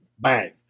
bang